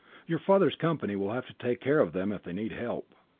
your father's company will have to take care of them if they need help.